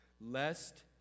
lest